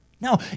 No